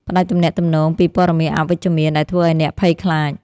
ផ្ដាច់ទំនាក់ទំនងពីព័ត៌មានអវិជ្ជមានដែលធ្វើឱ្យអ្នកភ័យខ្លាច។